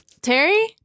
Terry